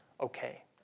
okay